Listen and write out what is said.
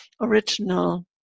original